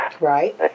Right